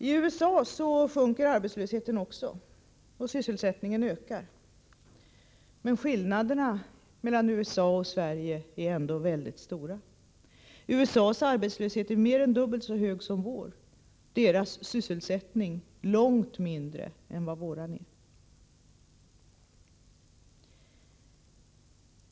Också i USA sjunker arbetslösheten och ökar sysselsättningen. Men skillnaderna mellan USA och Sverige är ändå mycket stora. USA:s arbetslöshet är mer än dubbelt så hög som vår, och sysselsättningen är långt mindre än vår.